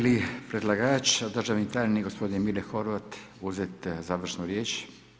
Želi li predlagač, državni tajnik gospodin Mile Horvat uzeti završnu riječ?